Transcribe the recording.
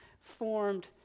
formed